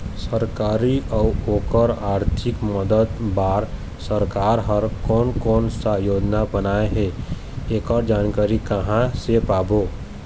सरकारी अउ ओकर आरथिक मदद बार सरकार हा कोन कौन सा योजना बनाए हे ऐकर जानकारी कहां से पाबो?